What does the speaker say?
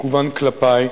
שכוון כלפי,